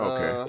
Okay